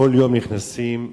כל יום נכנסים מאפריקה,